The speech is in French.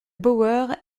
bauer